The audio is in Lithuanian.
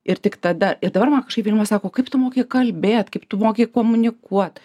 ir tik tada ir dabar man kažkaip vilma sako kaip tu moki kalbėt kaip tu moki komunikuot